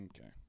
Okay